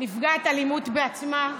נפגעת אלימות בעצמה.